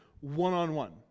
one-on-one